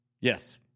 Yes